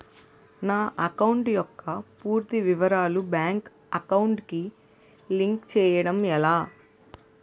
నా అకౌంట్ యెక్క పూర్తి వివరాలు బ్యాంక్ అకౌంట్ కి లింక్ చేయడం ఎలా?